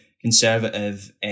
conservative